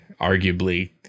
arguably